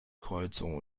kreuzung